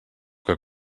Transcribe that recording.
que